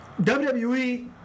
WWE